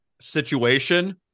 situation